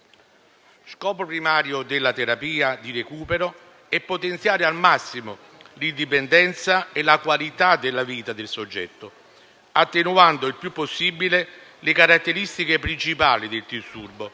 Scopo primario della terapia di recupero è potenziare al massimo l'indipendenza e la qualità della vita del soggetto, attenuando il più possibile le caratteristiche principali del disturbo,